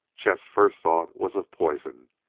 chet's first thought was of poison,